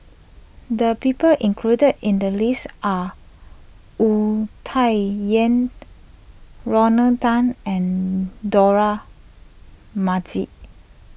the people included in the list are Wu Tsai Yen Rodney Tan and Dollah Majid